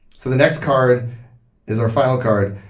so the next card is our final card.